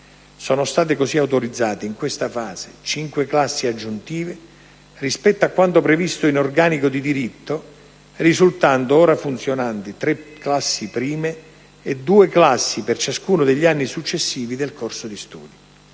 Sono state così autorizzate in questa fase cinque classi aggiuntive rispetto a quanto previsto in organico di diritto, risultando ora funzionanti tre classi prime e due classi per ciascuno degli anni successivi del corso di studi.